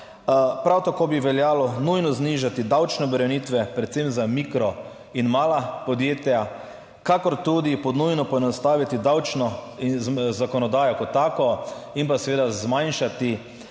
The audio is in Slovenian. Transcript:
(VI) 16.40** (nadaljevanje) davčne obremenitve, predvsem za mikro in mala podjetja, kakor tudi pod nujno poenostaviti davčno zakonodajo kot tako in pa seveda zmanjšati